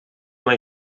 uma